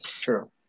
True